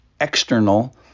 external